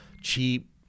cheap